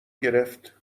گرفت